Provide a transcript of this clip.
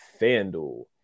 FanDuel